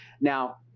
Now